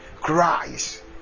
christ